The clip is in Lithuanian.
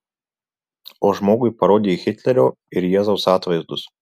o žmogui parodyk hitlerio ir jėzaus atvaizdus